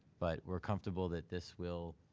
but, we're comfortable that this will,